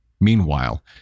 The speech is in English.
Meanwhile